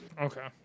Okay